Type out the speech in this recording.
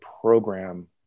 program